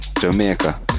Jamaica